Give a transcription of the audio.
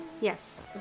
Yes